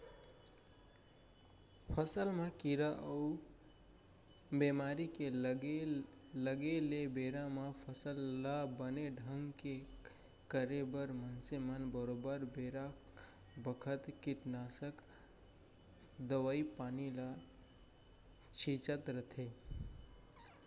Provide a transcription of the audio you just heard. फसल म कीरा अउ बेमारी के लगे ले बेरा म फसल ल बने ढंग ले करे बर मनसे मन बरोबर बेरा बखत कीटनासक दवई पानी ल छींचत रथें